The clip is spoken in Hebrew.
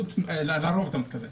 לרוב אתה מתכוון.